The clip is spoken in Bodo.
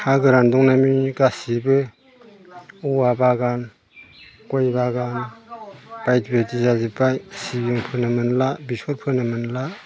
हा गोरान दंनायमायनि गासिबो औवा बागान गय बागान बायदि बायदि जाजोब्बाय सिबिं फोनो मोनला बेसर फोनो मोनला